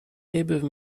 above